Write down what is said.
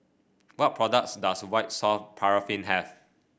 what products does White Soft Paraffin have